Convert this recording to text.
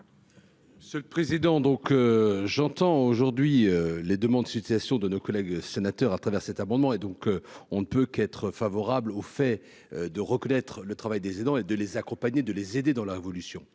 C'est le président donc j'entends aujourd'hui les demandes situation de nos. Sénateurs à travers cet amendement est donc on ne peut qu'être favorable au fait de reconnaître le travail des aidants et de les accompagner, de les aider dans la révolution